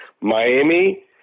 Miami